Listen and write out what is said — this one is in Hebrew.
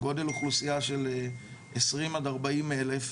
עם גודל אוכלוסייה של 20 עד 40 אלף,